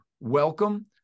welcome